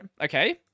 Okay